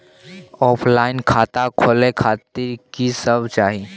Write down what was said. Offline खाता खोले खातिर की सब चाही?